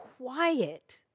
quiet